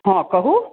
हॅं कहू